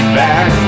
back